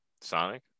Sonic